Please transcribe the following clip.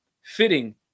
fitting